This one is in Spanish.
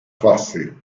fase